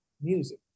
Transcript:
music